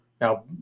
now